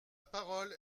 parole